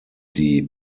die